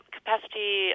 capacity